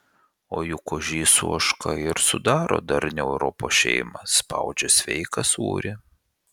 o juk ožys su ožka ir sudaro darnią europos šeimą spaudžia sveiką sūrį